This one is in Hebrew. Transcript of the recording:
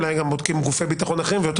אולי גם בודקים גופי ביטחון אחרים ויותר